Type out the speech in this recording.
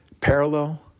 parallel